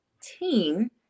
team